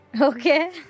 Okay